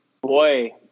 boy